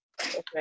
Okay